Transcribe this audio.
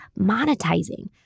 monetizing